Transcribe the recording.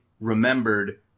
remembered